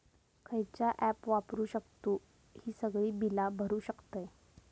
खयचा ऍप वापरू शकतू ही सगळी बीला भरु शकतय?